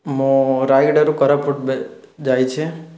ମୁଁ ରାୟଗଡ଼ାରୁ କୋରାପୁଟ ଯାଇଛି